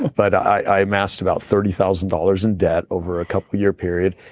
but i amassed about thirty thousand dollars in debt over a couple year period.